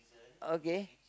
okay